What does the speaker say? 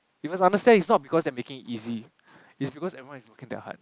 you must understand it's not because they are making it easier it's because everybody is working damn hard